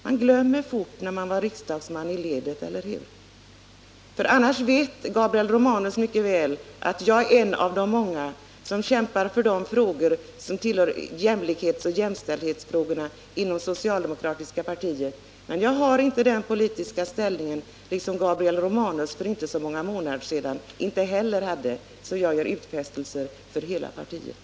Man glömmer snabbt hur det är att stå som riksdagsman i ledet, eller hur? Gabriel Romanus vet mycket väl att jag är en av de många som kämpar för frågor om jämlikhet och jämställdhet inom det socialdemokratiska partiet. Men jag har inte den politiska ställningen — och det hade inte heller Gabriel Romanus för några månader sedan — att jag kan göra utfästelser för hela partiet.